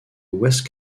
west